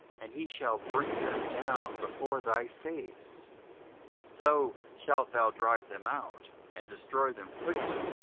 and he shall bring them down before thy face so shalt thou drive them out, and destroy them quickly,